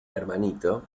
hermanito